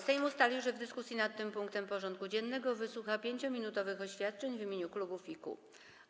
Sejm ustalił, że w dyskusji nad tym punktem porządku dziennego wysłucha 5-minutowych oświadczeń w imieniu klubów i kół.